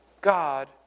God